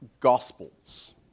Gospels